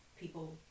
people